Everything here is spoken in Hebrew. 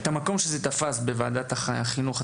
את המקום שזה תפס בוועדת החינוך,